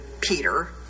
Peter